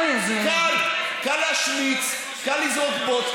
אוי, איזה, להשמיץ, קל לזרוק בוץ.